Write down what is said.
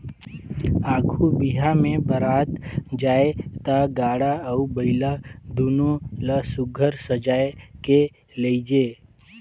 आघु बिहा मे बरात जाए ता गाड़ा अउ बइला दुनो ल सुग्घर सजाए के लेइजे